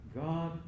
God